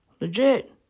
Legit